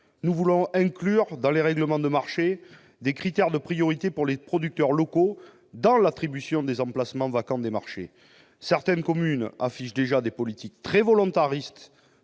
Nous voulons inclure dans les règlements de marché des critères de priorité pour les producteurs locaux dans l'attribution des emplacements vacants des marchés. Certaines communes affichent déjà des politiques très volontaristes